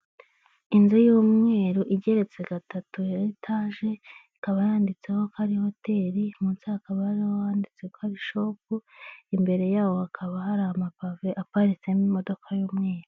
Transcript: Inzu y'umweru igeretse gatatu ya etage, ikaba yanditseho ko ari hoteri, munsi hakaba hariho ahanditse ko ari shopu, imbere yaho hakaba hari amapave aparitsemo imodoka y'umweru.